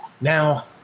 now